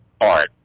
art